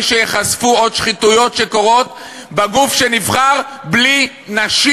שייחשפו עוד שחיתויות שקורות בגוף שנבחר בלי נשים.